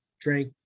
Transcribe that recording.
drank